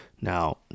Now